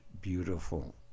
beautiful